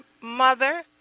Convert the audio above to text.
mother